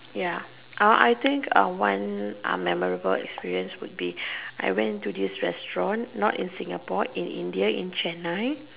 ya uh I think uh one memorable experience would be I went to this restaurant not in Singapore in India in Chennai